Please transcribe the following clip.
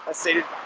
ah stated,